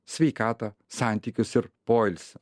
sveikatą santykius ir poilsį